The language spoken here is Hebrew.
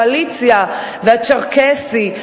מהקואליציה, והצ'רקסי?